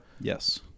Yes